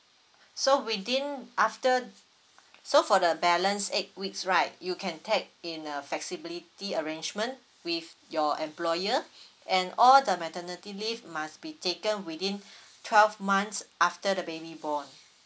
so within after so for the balanced eight weeks right you can take in a flexibility arrangement with your employer and all the maternity leave must be taken within twelve months after the baby born